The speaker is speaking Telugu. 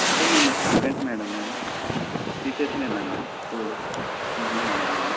అదే మేము మీ స్టూడెంట్ మేడం మేము Sri Chaitanya madam school student madam నేను